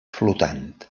flotant